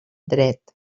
dret